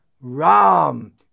Ram